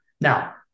Now